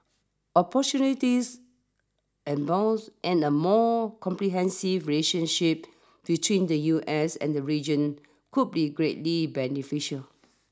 opportunities abound and a more comprehensive relationship between the U S and the region could be greatly beneficial